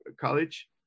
college